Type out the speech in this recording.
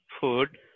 food